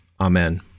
Amen